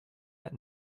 that